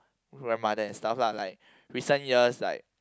grandmother and stuff lah like recent years like